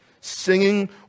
singing